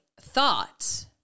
thought